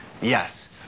Yes